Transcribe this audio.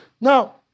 now